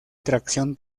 tracción